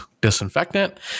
disinfectant